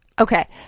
Okay